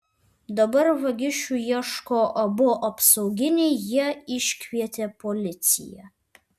dabar vagišių ieško abu apsauginiai jie iškvietė policiją